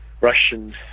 Russian